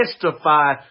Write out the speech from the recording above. testify